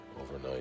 overnight